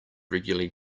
regularly